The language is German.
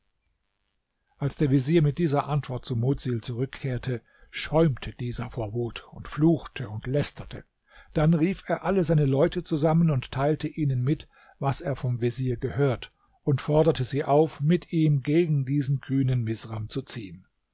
als der vezier mit dieser antwort zu mudsil zurückkehrte schäumte dieser vor wut und fluchte und lästerte dann rief er alle seine leute zusammen und teilte ihnen mit was er vom vezier gehört und forderte sie auf mit ihm gegen diesen kühnen misram zu ziehen